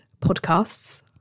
podcasts